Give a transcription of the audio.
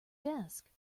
desk